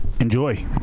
Enjoy